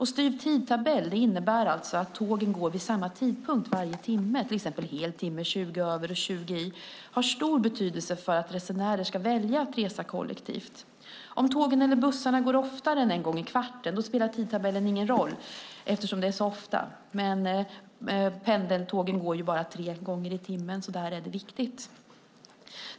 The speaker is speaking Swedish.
Styv tidtabell innebär att tågen går vid samma tidpunkt varje timme, till exempel hel timme, 20 över och 20 i. Det har stor betydelse för att resenärer ska välja att resa kollektivt. Om tågen eller bussarna går oftare än en gång i kvarten spelar tidtabellen ingen roll eftersom det är så ofta. Men pendeltågen går bara tre gånger i timmen, så där är det viktigt.